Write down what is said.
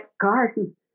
garden